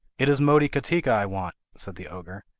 it is motikatika i want said the ogre.